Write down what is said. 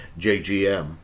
JGM